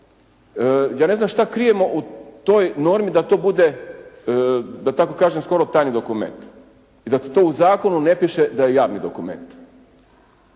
ja ne znam šta krijemo u toj normi da to bude da tako kažem skoro tajni dokument. I da to u zakonu ne piše da je javni dokument.